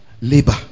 labor